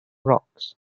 rocks